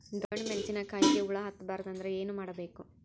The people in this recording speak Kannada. ಡೊಣ್ಣ ಮೆಣಸಿನ ಕಾಯಿಗ ಹುಳ ಹತ್ತ ಬಾರದು ಅಂದರ ಏನ ಮಾಡಬೇಕು?